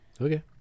Okay